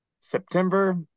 September